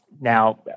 now